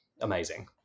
Amazing